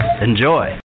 Enjoy